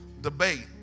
debate